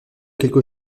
quelque